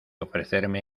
ofrecerme